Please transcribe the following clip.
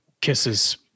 kisses